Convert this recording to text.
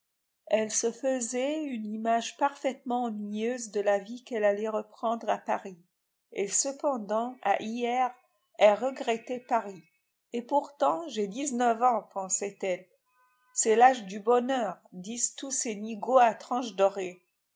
elle se faisait une image parfaitement ennuyeuse de la vie qu'elle allait reprendre à paris et cependant à hyères elle regrettait paris et pourtant j'ai dix-neuf ans pensait-elle c'est l'âge du bonheur disent tous ces nigauds à tranches dorées